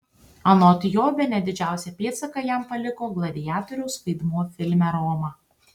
anot jo bene didžiausią pėdsaką jam paliko gladiatoriaus vaidmuo filme roma